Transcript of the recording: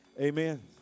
Amen